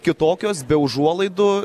kitokios be užuolaidų